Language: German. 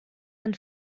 ein